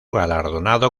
galardonado